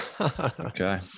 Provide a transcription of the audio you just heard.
okay